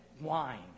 wine